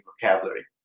vocabulary